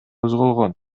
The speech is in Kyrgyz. козголгон